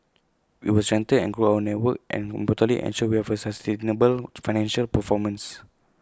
we will strengthen and grow our network and importantly ensure we have A sustainable financial performance